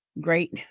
great